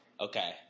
Okay